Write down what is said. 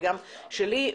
וגם שלי.